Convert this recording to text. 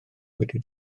wedi